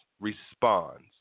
responds